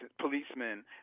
policemen